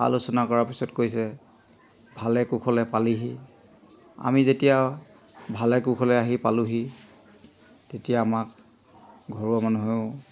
আলোচনা কৰাৰ পিছত কৈছে ভালে কুশলে পালিহি আমি যেতিয়া ভালে কুশলে আহি পালোহি তেতিয়া আমাক ঘৰুৱা মানুহেও